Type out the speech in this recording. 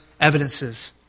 evidences